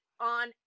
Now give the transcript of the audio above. on